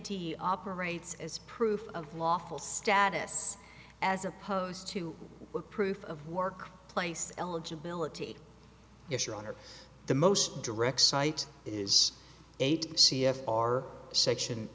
d operates as proof of lawful status as opposed to proof of work place eligibility if your honor the most direct cite is eight c f r section